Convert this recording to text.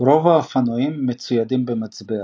רוב האופנועים מצוידים במצבר.